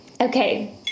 Okay